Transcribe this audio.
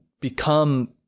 become